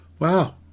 Wow